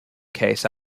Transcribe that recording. case